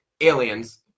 Aliens